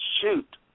shoot